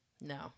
No